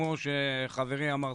כמו ששי חברי אמר,